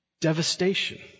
Devastation